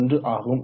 1ஆகும்